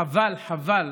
חבל, חבל